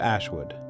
Ashwood